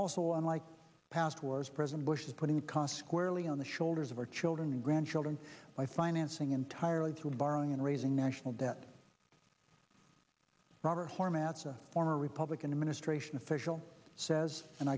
also unlike past wars president bush has put in ca squarely on the shoulders of our children and grandchildren by financing entirely to borrowing and raising national debt robert hormats a former republican administration official says and